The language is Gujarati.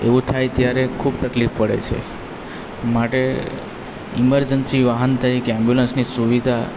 એવુંં થાય ત્યારે ખૂબ તકલીફ પડે છે માટે ઇમરજન્સી વાહન તરીકે ઍમ્બ્યુલન્સની સુવિધા